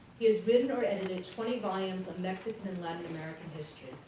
he has written or edited twenty volumes of mexican and latin american history.